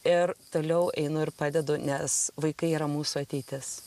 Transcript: ir toliau einu ir padedu nes vaikai yra mūsų ateitis